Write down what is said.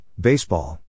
Baseball